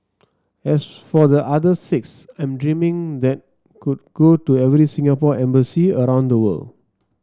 as for the other six I'm dreaming that could go to every Singapore embassy around the world